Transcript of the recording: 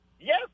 Yes